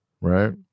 right